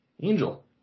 Angel